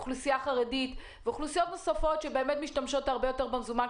אוכלוסייה חרדית ואוכלוסיות נוספות שמשתמשות הרבה יותר במזומן.